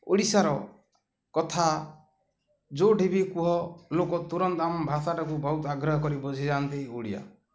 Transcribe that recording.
ଓଡ଼ିଶାର କଥା ଯୋଉଠି ବି କୁହ ଲୋକ ତୁରନ୍ତ ଆମ ଭାଷାଟାକୁ ବହୁତ ଆଗ୍ରହ କରି ବୁଝିଯାଆନ୍ତି ଓଡ଼ିଆ